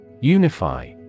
Unify